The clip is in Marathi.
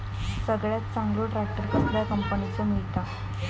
सगळ्यात चांगलो ट्रॅक्टर कसल्या कंपनीचो मिळता?